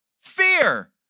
Fear